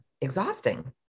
exhausting